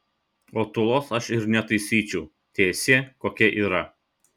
o tūlos aš ir netaisyčiau teesie kokia yra